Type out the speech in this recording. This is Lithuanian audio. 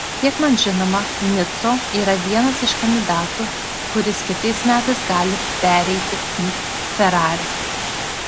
kiek man žinoma nico yra vienas iš kandidatų kuris kitais metais gali pereiti į ferrari